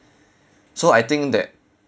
so I think that